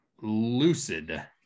Lucid